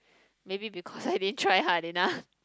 maybe because I didn't try hard enough